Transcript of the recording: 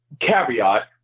caveat